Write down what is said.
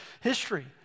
history